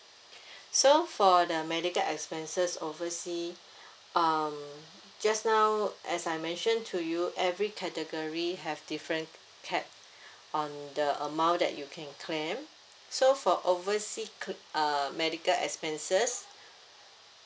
so for the medical expenses oversea um just now so as I mentioned to you every category have different capped on the amount that you can claim so for overseas claim uh medical expenses